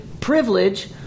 privilege